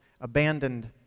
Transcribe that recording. abandoned